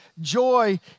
joy